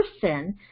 person